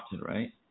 right